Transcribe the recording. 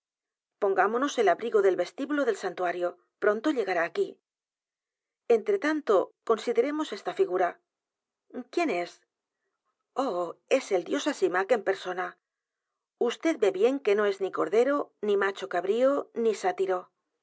n t u a r i o pronto llegara aquí entretanto consideremos esta figura quién es oh es el dios ashimah en persona vd ve bien que no es ni cordero ni macho cabrío ni sátiro